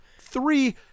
Three